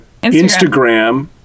Instagram